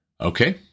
Okay